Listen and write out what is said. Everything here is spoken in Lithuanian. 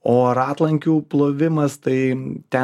o ratlankių plovimas tai ten jis ta chemija tiesiog